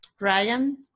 Ryan